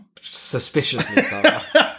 suspiciously